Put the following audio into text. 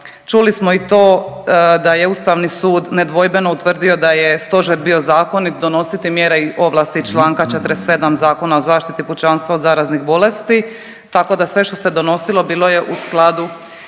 Čuli smo i to da je Ustavni sud nedvojbeno utvrdio da je stožer bio zakonit donositi mjere i ovlasti čl. 47. Zakona o zaštiti pučanstva od zaraznih bolesti, tako da sve što se donosilo bilo je u skladu